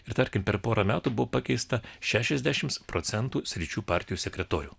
ir tarkim per porą metų buvo pakeista šešiasdešimt procentų sričių partijų sekretorių